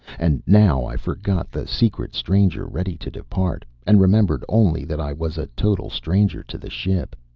and now i forgot the secret stranger ready to depart, and remembered only that i was a total stranger to the ship.